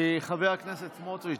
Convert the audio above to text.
חבר הכנסת סמוטריץ',